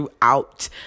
throughout